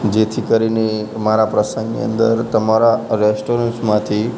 જેથી કરીને મારા પ્રસંગની અંદર તમારા રેસ્ટોરન્ટમાંથી